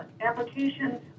applications